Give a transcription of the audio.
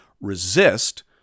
Resist